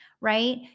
right